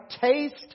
taste